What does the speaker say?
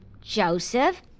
joseph